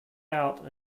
out